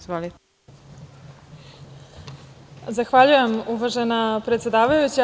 Zahvaljujem, uvažena predsedavajuća.